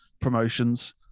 promotions